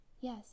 Yes